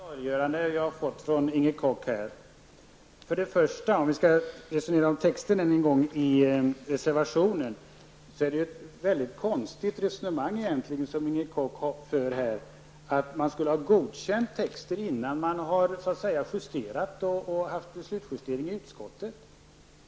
Fru talman! Det var intressanta klargöranden jag fick av Inger Koch. Om vi skall resonera om reservationstexten än en gång: Det är ett väldigt konstigt resonemang som Inger Koch här för, att man alltså skulle ha godkänt texten innan man har haft slutjustering i utskottet.